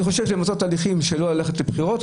אני חושב שמיצוי תהליכים כדי לא ללכת לבחירות,